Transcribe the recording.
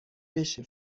بشه